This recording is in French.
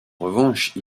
revanche